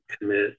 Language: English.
commit